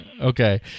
Okay